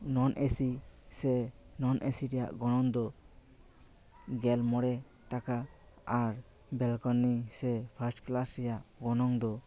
ᱱᱚᱱ ᱮᱥᱤ ᱥᱮ ᱱᱚᱱᱮᱥᱤ ᱨᱮᱭᱟᱜ ᱜᱚᱱᱚᱝᱫᱚ ᱜᱮᱞ ᱢᱚᱲᱮ ᱴᱟᱠᱟ ᱟᱨ ᱵᱮᱞᱠᱚᱱᱤ ᱥᱮ ᱯᱷᱟᱥᱴ ᱠᱞᱟᱥ ᱨᱮᱭᱟᱜ ᱜᱚᱱᱚᱝᱫᱚ